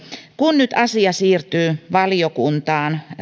kun nyt asia siirtyy valiokuntaan